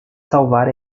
salvar